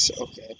Okay